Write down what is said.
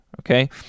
okay